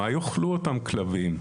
מה יאכלו אותם כלבים?